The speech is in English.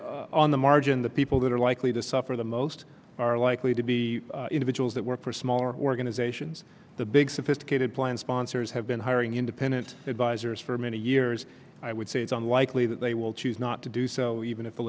on the margin the people that are likely to suffer the most are likely to be individuals that were personal or organizations the big sophisticated plan sponsors have been hiring independent advisers for many years i would say it's unlikely that they will choose not to do so even if